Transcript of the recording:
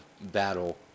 battle